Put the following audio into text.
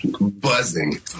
buzzing